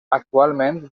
actualment